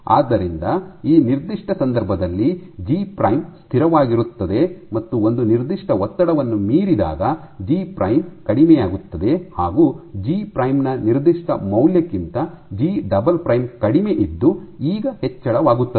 ಆದ್ದರಿಂದ ಈ ನಿರ್ದಿಷ್ಟ ಸಂದರ್ಭದಲ್ಲಿ ಜಿ ಪ್ರೈಮ್ ಸ್ಥಿರವಾಗಿರುತ್ತದೆ ಮತ್ತು ಒಂದು ನಿರ್ದಿಷ್ಟ ಒತ್ತಡವನ್ನು ಮೀರಿದಾಗ ಜಿ ಪ್ರೈಮ್ ಕಡಿಮೆಯಾಗುತ್ತದೆ ಹಾಗು ಜಿ ಪ್ರೈಮ್ ನ ನಿರ್ದಿಷ್ಟ ಮೌಲ್ಯಕ್ಕಿಂತ ಜಿ ಡಬಲ್ ಪ್ರೈಮ್ ಕಡಿಮೆ ಇದ್ದು ಈಗ ಹೆಚ್ಚಳವಾಗುತ್ತದೆ